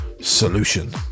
Solution